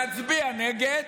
נצביע נגד,